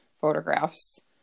photographs